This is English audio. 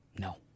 No